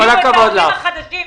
זה מכעיס אותי.